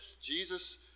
Jesus